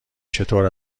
چطور